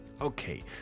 Okay